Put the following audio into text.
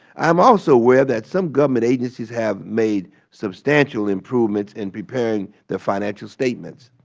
i am also aware that some government agencies have made substantial improvements in preparing their financial statements.